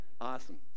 Awesome